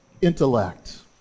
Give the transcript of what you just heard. intellect